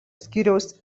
skyriaus